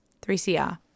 3cr